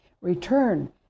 return